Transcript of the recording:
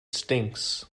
stinks